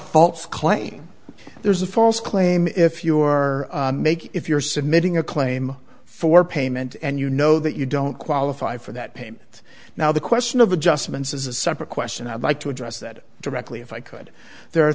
false claim there's a false claim if you're making if you're submitting a claim for payment and you know that you don't qualify for that payment now the question of adjustments is a separate question i'd like to address that directly if i could there are